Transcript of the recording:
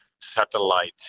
satellite